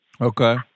Okay